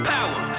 Power